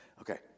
Okay